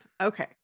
Okay